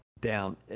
down